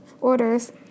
orders